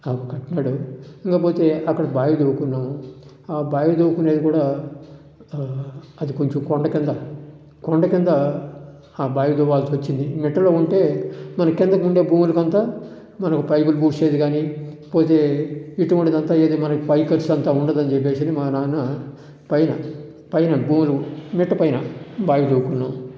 ఆయన కట్టాడు ఇంక పోతే అక్కడ బావి తోయికున్నాము ఆ బావి తవ్వుకునేది కూడా అది కొంచెం కొండ కింద కొండ కింద ఆ బావి తోవాల్సి వచ్చింది మిట్టలో ఉంటే మన కింద ఉండే భూములకంత మనం పైకి పుడ్సేది గాని పోతే ఇటువంటిదంత ఏది మనకు పై ఖర్చు అంతా ఏది ఉండదు అని చెప్పేసి మా నాన్న పైన పైన భూములు మిట్టపైన బావి తోవ్వుకున్నాం